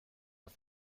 auf